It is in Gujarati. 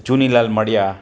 ચુનીલાલ મડિયા